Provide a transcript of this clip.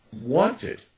wanted